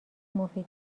مفید